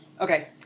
Okay